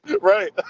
Right